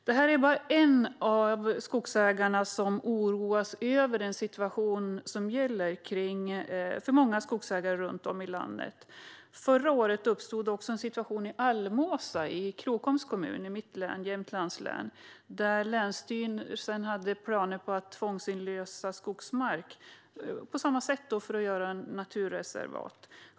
Han är bara en av de många skogsägare runt om i landet som oroas över situationen. Förra året uppstod också en situation i Almåsa i Krokoms kommun i mitt hemlän Jämtland. Där hade länsstyrelsen planer på att tvångsinlösa skogsmark för att göra ett naturreservat.